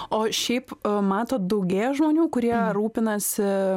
o šiaip matot daugėja žmonių kurie rūpinasi